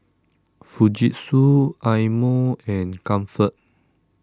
Fujitsu Eye Mo and Comfort